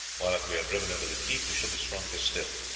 while if we are driven into the keep, we shall be stronger still.